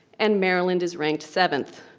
and maryland is ranked seventh.